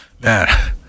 man